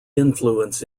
influence